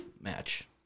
match